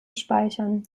speichern